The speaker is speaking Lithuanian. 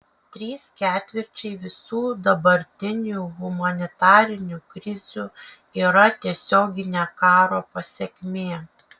trys ketvirčiai visų dabartinių humanitarinių krizių yra tiesioginė karo pasekmė